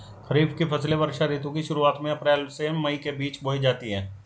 खरीफ की फसलें वर्षा ऋतु की शुरुआत में अप्रैल से मई के बीच बोई जाती हैं